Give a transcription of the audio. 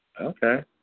Okay